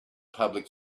public